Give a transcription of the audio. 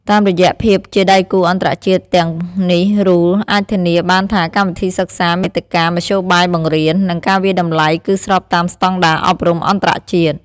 តាមរយៈភាពជាដៃគូអន្តរជាតិទាំងនេះ RULE អាចធានាបានថាកម្មវិធីសិក្សា មាតិកា មធ្យោបាយបង្រៀន និងការវាយតម្លៃគឺស្របតាមស្តង់ដារអប់រំអន្តរជាតិ។